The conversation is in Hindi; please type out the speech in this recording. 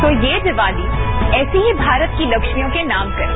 तो ये दिवाली ऐसे ही भारत की लक्ष्मियों के नाम करें